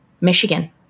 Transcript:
Michigan